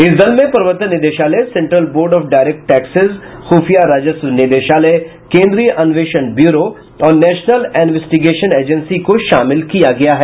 इस दल में प्रवर्तन निदेशालय Central Board of Direct Taxes खुफिया राजस्व निदेशालय केंद्रीय अन्वेषण ब्यूरो और नेशनल इनवेस्टिगेशन एजेंसी को शामिल किया गया है